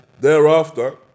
Thereafter